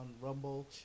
Rumble